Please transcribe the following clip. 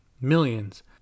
millions